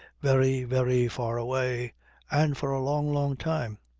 very, very far away and for a long, long time.